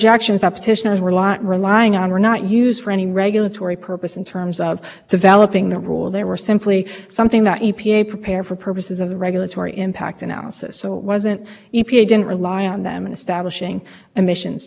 states to rely on any of the emissions reductions that are obtained by the transport roll or any rule and under the good neighbor provision those reductions have to be permanent and enduring and so downwind states